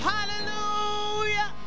Hallelujah